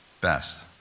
best